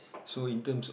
so in terms